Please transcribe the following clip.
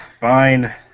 fine